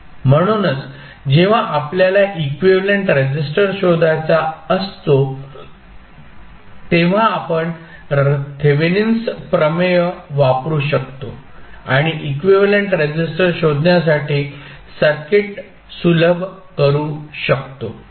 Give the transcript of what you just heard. म्हणूनच जेव्हा आपल्याला इक्विव्हॅलेंट रेसिस्टर शोधायचा असतो तेव्हा आपण थेव्हिनिन्स प्रमेय वापरू शकतो आणि इक्विव्हॅलेंट रेसिस्टर शोधण्यासाठी सर्किट सुलभ करू शकतो